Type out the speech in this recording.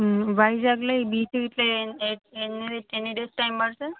వైజాగ్లో ఈ బీచ్ ఇట్లా ఎన్ని డేస్ టైం పడుతుంది